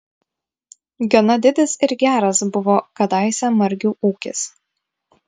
gana didis ir geras buvo kadaise margių ūkis